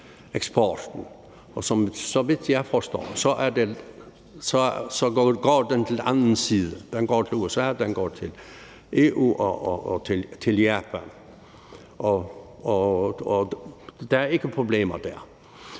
eksporten, og så vidt jeg forstår, går den til anden side. Den går til USA, og den går til EU og til Japan, og der er ikke problemer der.